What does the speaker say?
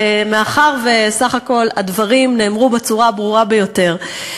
מאחר שבסך הכול הדברים נאמרו בצורה הברורה ביותר,